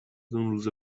روز